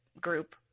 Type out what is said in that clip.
group